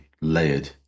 layered